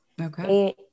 Okay